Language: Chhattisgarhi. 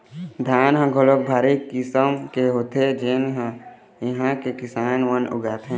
धान ह घलोक भारी किसम के होथे जेन ल इहां के किसान मन उगाथे